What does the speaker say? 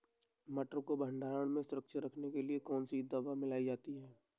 मटर को भंडारण में सुरक्षित रखने के लिए कौन सी दवा मिलाई जाती है?